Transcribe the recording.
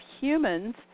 humans